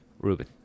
Ruben